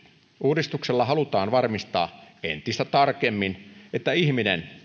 uudistuksella halutaan varmistaa entistä tarkemmin että ihminen